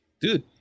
Dude